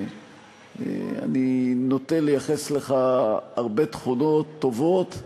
אני נוטה לייחס לך הרבה תכונות טובות,